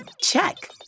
Check